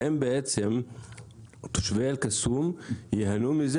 האם בעצם תושבי אל קסום ייהנו מזה